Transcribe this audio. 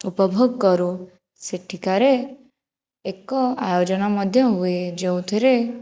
ଉପଭୋଗ କରୁ ସେଠିକାରେ ଏକ ଆୟୋଜନ ମଧ୍ୟ ହୁଏ ଯେଉଁଥିରେ